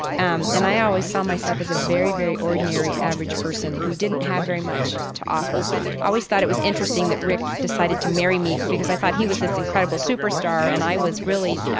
um and i always saw myself as a very, very ordinary, average person who didn't have very much to offer. i always thought it was interesting that rick decided to marry me, because i thought he was this incredible superstar and i was, really,